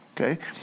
Okay